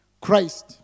Christ